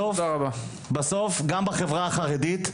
גם בחברה החרדית,